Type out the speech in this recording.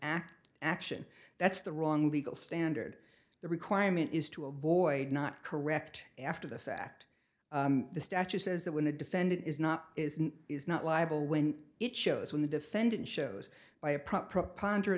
act action that's the wrong legal standard the requirement is to avoid not correct after the fact the statute says that when a defendant is not isn't is not liable when it shows when the defendant shows by a prompt propounder